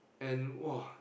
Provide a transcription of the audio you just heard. and !wow!